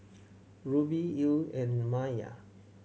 Rubie Ilene and Maia